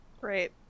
Great